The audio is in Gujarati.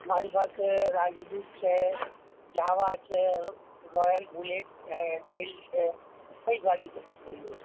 મારી પાસે રાજદૂત છે જાવા છે રોયલ બુલેટ એન્ફિલ્ડ છે કઈ ગાડી તમને જોઈએ છે